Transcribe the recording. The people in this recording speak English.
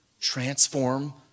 transform